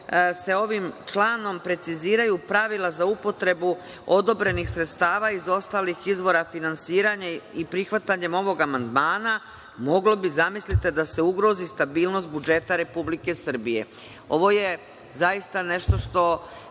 se ovim članom preciziraju pravila za upotrebu odobrenih sredstava iz ostalih izvora finansiranja i prihvatanjem ovog amandmana mogla bi, zamislite, da se ugrozi stabilnost budžeta Republike Srbije. Ovo je zaista nešto što